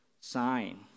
sign